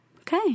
Okay